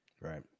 Right